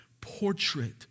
portrait